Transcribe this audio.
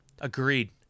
Agreed